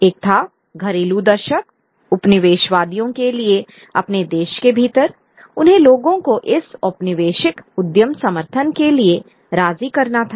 एक था घरेलू दर्शक उपनिवेशवादियों के लिए अपने देश के भीतर उन्हें लोगों को इस औपनिवेशिक उद्यम समर्थन के लिए राजी करना था